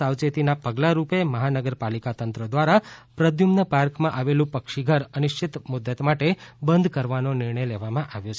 સાવચેતીના પગલારૂપે મહાનગર પાલિકા તંત્ર દ્વારા પ્રદ્યુમન પાર્કમાં આવેલું પક્ષીઘર અનિશ્ચિત મુદત માટે બંધ કરવાનો નિર્ણય લેવામાં આવ્યો છે